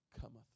cometh